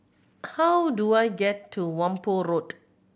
how do I get to Whampoa Road